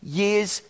years